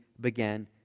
began